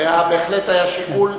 זה בהחלט היה שיקול.